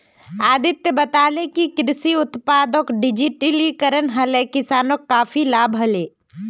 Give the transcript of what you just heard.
अदित्य बताले कि कृषि उत्पादक डिजिटलीकरण हले किसानक काफी लाभ हले